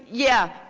yeah,